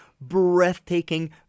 breathtaking